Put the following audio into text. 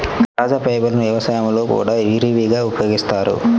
సహజ ఫైబర్లను వ్యవసాయంలో కూడా విరివిగా ఉపయోగిస్తారు